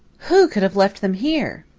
who could have left them here?